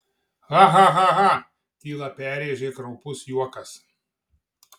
ha ha ha ha tylą perrėžė kraupus juokas